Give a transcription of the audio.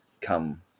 come